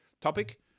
Topic